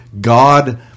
God